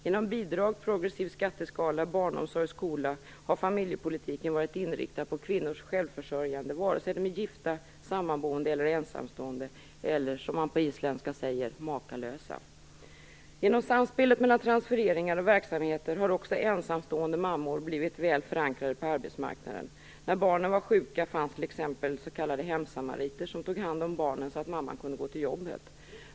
Genom bidrag, progressiv skatteskala, barnomsorg och skola har familjepolitiken varit inriktad på kvinnors självförsörjande vare sig de är gifta, sammanboende eller ensamstående - eller som man säger på isländska - makalösa. Genom samspelet mellan transfereringar och verksamheter har också ensamstående mammor blivit väl förankrade på arbetsmarknaden. När barnen var sjuka fanns det t.ex. s.k. hemsamariter som tog hand om barnen så att mamman kunde gå till jobbet.